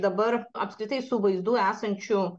dabar apskritai su vaizdu esančiu